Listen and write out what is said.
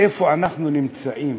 איפה אנחנו נמצאים.